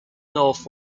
north